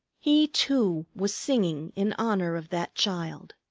he too was singing in honor of that child.